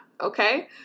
okay